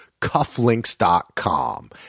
Cufflinks.com